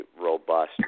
robust